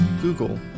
Google